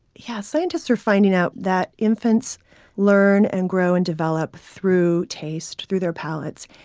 yeah scientists are finding out that infants learn, and grow and develop through taste, through their palates,